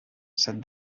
said